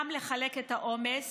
גם לחלק את העומס